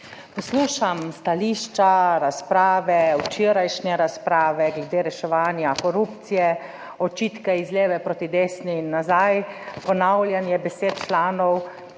Poslušam stališča, razprave, včerajšnje razprave glede reševanja korupcije, očitke iz leve proti desni in nazaj, ponavljanje besed članov